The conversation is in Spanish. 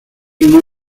uno